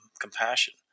compassion